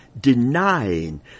denying